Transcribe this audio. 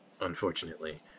Unfortunately